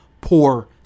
poor